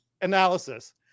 analysis